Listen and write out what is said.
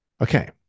Okay